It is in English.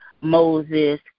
Moses